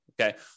Okay